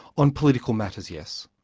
on political matters, yes.